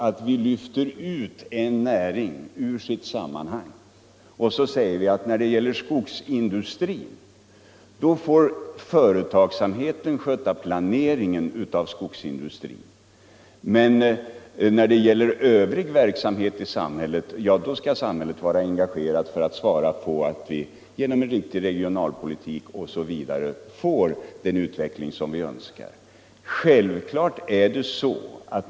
Vi kan inte lyfta ut en näringsgren ur sitt sammanhang och säga: När det gäller skogsindustrin får företagsamheten sköta planeringen, men när det gäller övrig verksamhet i samhället skall samhället vara engagerat och svara för att vi genom en riktig regionalpolitik osv. får den utveckling vi önskar.